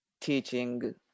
teaching